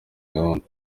gahunda